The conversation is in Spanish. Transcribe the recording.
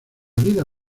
vida